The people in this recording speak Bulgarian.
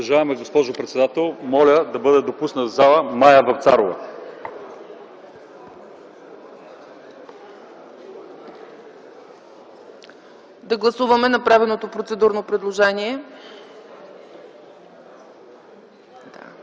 Гласуваме направеното процедурно предложение.